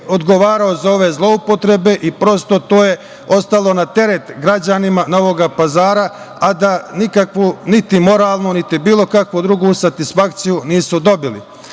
odgovarao za ove zloupotrebe i prosto to je ostalo na teret građanima Novog Pazara, a da nikakvu niti moralnu, niti kakvu drugu satisfakciju nisu dobili. Ova